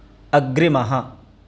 अग्रिमः